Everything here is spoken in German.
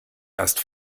erst